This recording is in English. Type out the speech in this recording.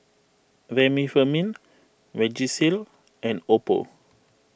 Remifemin Vagisil and Oppo